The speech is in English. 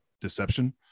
deception